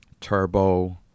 Turbo